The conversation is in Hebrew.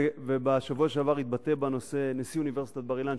ובשבוע שעבר התבטא בנושא נשיא אוניברסיטת בר-אילן,